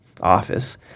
office